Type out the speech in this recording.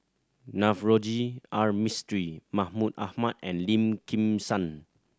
Navroji R Mistri Mahmud Ahmad and Lim Kim San